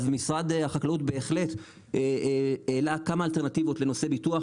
אז משרד החקלאות בהחלט העלה כמה אלטרנטיבות לנושא הביטוח,